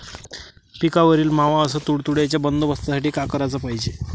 पिकावरील मावा अस तुडतुड्याइच्या बंदोबस्तासाठी का कराच पायजे?